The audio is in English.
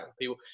people